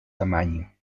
tamaño